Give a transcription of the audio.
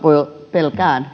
pelkään